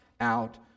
out